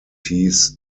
hieß